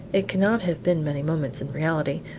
it cannot have been many moments in reality,